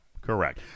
correct